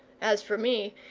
as for me,